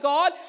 God